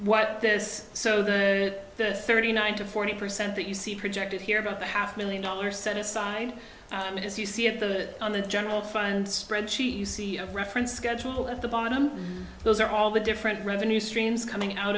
there is so the thirty nine to forty percent that you see projected here about the half million dollars set aside as you see at the on the general fund spreadsheet you see a reference schedule at the bottom those are all the different revenue streams coming out